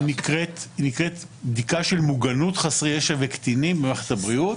היא נקראת בדיקה של מוגנות חסרי ישע וקטינים במערכת הבריאות.